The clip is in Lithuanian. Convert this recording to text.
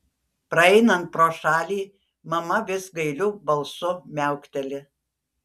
praeinant pro šalį mama vis gailiu balsu miaukteli